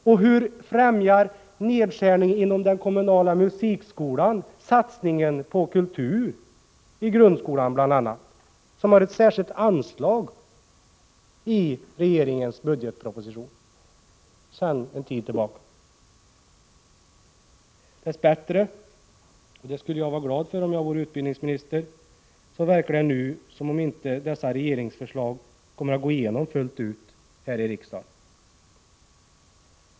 Men hur främjar nedskärning av den kommunala musikskolan satsningen på kultur i bl.a. grundskolan, som har ett särskilt anslag i regeringens budgetproposition sedan en tid tillbaka? Dess bättre — och det skulle jag vara glad för om jag vore utbildningsminister — verkar det nu som om dessa regeringsförslag inte kommer att gå igenom fullt ut här i riksdagen.